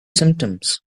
symptoms